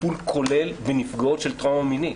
טיפול כולל בנפגעות של טראומה מינית.